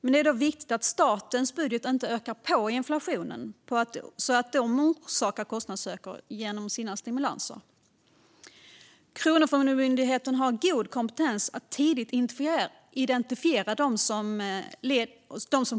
Men det är då viktigt att statens budget inte ökar på inflationen och orsakar kostnadsökningar genom sina stimulanser. Kronofogdemyndigheten har god kompetens att tidigt identifiera dem som